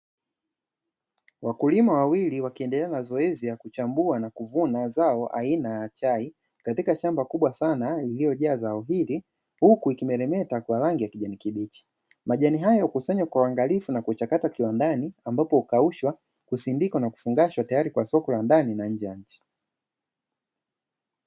Wakulima wawili wakiendelea na zoezi ya kuchambua na kuvuna zao aina ya chai, katika shamba kubwa sana lililojaa zao hili, huku ikimeremeta kwa rangi ya kijani kibichi. Majani hayo hukusanywa kwa uangalifu na kuchakatwa kiwandani, ambapo hukaushwa, kusindikwa na kufungashwa tayari kwa soko la ndani na nje ya nchi.